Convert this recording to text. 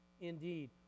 Indeed